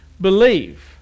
Believe